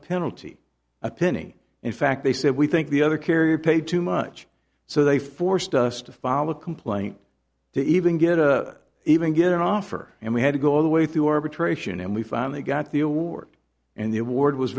penalty a penny in fact they said we think the other carrier paid too much so they forced us to follow a complaint to even get a even get an offer and we had to go all the way through arbitration and we finally got the award and the award was